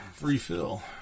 refill